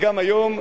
וגם היום,